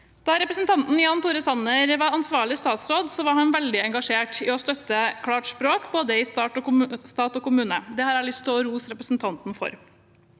Da representanten Jan Tore Sanner var ansvarlig statsråd, var han veldig engasjert i å støtte klart språk i både stat og kommune. Det har jeg lyst til å rose representanten for.